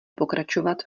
pokračovat